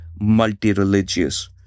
multi-religious